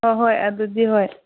ꯍꯣ ꯍꯣꯏ ꯑꯗꯨꯗꯤ ꯍꯣꯏ